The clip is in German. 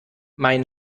mein